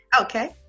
Okay